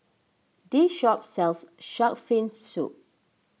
this shop sells Shark's Fin Soup